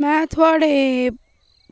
मैं थुआड़े